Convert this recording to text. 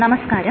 നമസ്കാരം